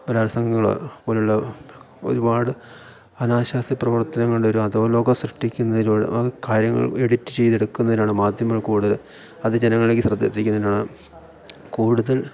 ബലാത്സംഗങ്ങൾ പോലുള്ള ഒരുപാട് അനാശാസ്യ പ്രവർത്തനങ്ങളുടെ ഒരു അധോലോകം സൃഷ്ടിക്കുന്നതിലൂടെ കാര്യങ്ങൾ എഡിറ്റ് ചെയ്തെടുക്കുന്നതിനാണ് മാധ്യമങ്ങൾ കൂടുതൽ അത് ജനങ്ങളിലേക്ക് ശ്രദ്ധ എത്തിക്കുന്നതിനാണ് കൂടുതൽ